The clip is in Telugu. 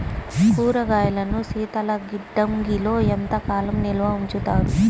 కూరగాయలను శీతలగిడ్డంగిలో ఎంత కాలం నిల్వ ఉంచుతారు?